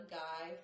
guy